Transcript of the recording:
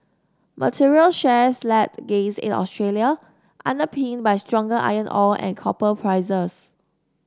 materials shares led gains in Australia underpinned by stronger iron ore and copper prices